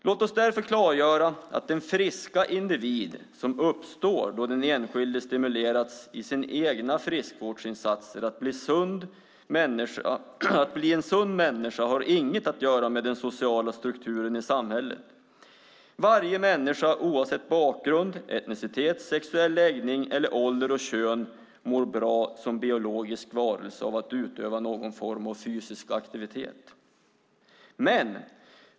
Låt oss därför klargöra att den friska individ som uppstår då den enskilde stimulerats i sina egna friskvårdsinsatser att bli en sund människa inte har något att göra med den sociala strukturen i samhället. Varje människa oavsett bakgrund, etnicitet, sexuell läggning eller ålder och kön mår som biologisk varelse bra av att utöva någon form av fysisk aktivitet.